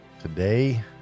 today